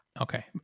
Okay